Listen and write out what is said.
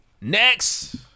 Next